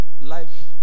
Life